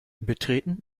betreten